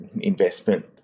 investment